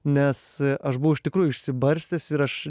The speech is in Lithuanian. nes aš buvau iš tikrųjų išsibarstęs ir aš